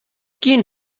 keen